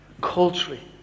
culturally